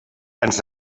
ens